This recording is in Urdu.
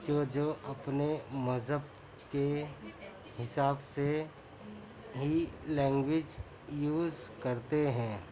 جو جو اپنے مذہب کے حساب سے ہی لینگجویج یوز کرتے ہیں